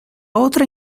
otra